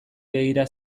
begira